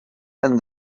and